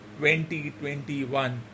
2021